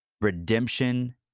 redemption